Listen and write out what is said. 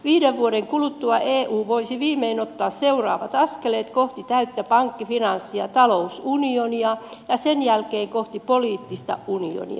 viiden vuoden kuluttua eu voisi viimein ottaa seuraavat askeleet kohti täyttä pankki finanssi ja talousunionia ja sen jälkeen kohti poliittista unionia